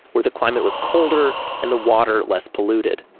where the climate was colder and the water less polluted.